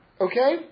Okay